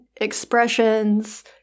expressions